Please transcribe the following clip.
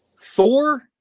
Thor